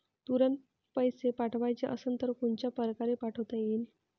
तुरंत पैसे पाठवाचे असन तर कोनच्या परकारे पाठोता येईन?